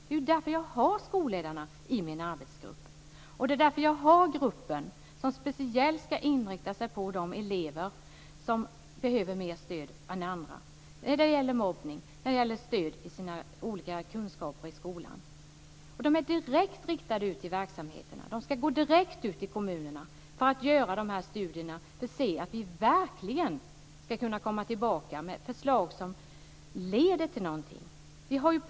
Det är därför jag har skolledarna i min arbetsgrupp. Det är därför jag har denna grupp, som speciellt ska inrikta sig på de elever som behöver mer stöd än andra när det gäller mobbning och kunskapsinhämtandet i skolan. De är direkt riktade ut i verksamheterna. De ska gå direkt ut i kommunerna och göra dessa studier, som ska leda till att vi kan komma tillbaks med förslag som verkligen leder till någonting.